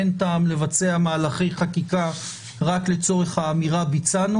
אין טעם לבצע מהלכי חקיקה רק לצורך האמירה "ביצענו".